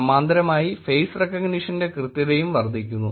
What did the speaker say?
സമാന്തരമായി ഫേസ് റെക്കഗ്നിഷൻന്റെ കൃത്യതയും വർദ്ധിക്കുന്നു